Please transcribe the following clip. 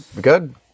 good